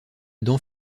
adam